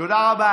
תודה רבה.